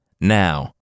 now